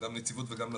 גם נציבות וגם נציב.